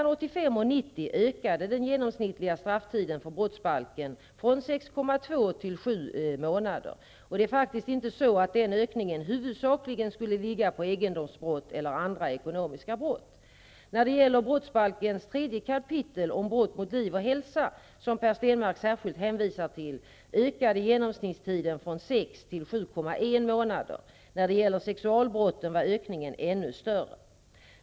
6,2 till 7,0 månader. Och det är faktiskt inte så att den ökningen huvudsakligen skulle ligga på egendomsbrott eller andra ekonomiska brott. När det gäller brottsbalkens tredje kapitel om brott mot liv och hälsa, som Per Stenmarck särskilt hänvisar till, ökade genomsnittstiden från 6,0 till 7,1 månader. När det gäller sexualbrotten var ökningen ännu större eller 2,7 månader.